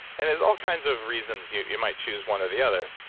and there's all kinds of reasons you you might choose one or the other,